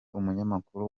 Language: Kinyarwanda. umunyamakuru